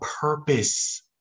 purpose